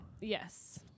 yes